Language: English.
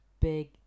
big